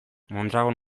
mondragon